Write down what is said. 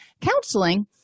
counseling